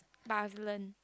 must learn